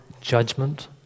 judgment